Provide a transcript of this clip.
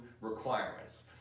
requirements